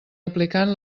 aplicant